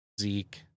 Zeke